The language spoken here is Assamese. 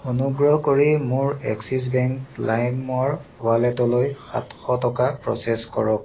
অনুগ্ৰহ কৰি মোৰ এক্সিছ বেংক লাইমৰ ৱালেটলৈ সাতশ টকা প্ৰ'চেছ কৰক